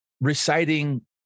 reciting